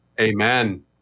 Amen